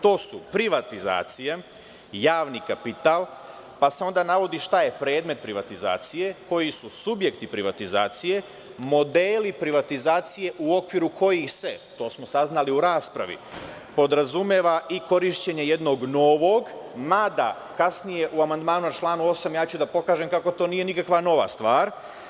To su, privatizacija, javni kapital, pa se onda navodi šta je predmet privatizacije, koji su subjekti privatizacije, modeli privatizacije u okviru kojih se, a to smo saznali u raspravi podrazumeva i korišćenje jednog novog, mada, kasnije u amandmanu u članu 8. pokazaću kako to nije nikakva nova stvar.